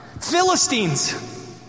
Philistines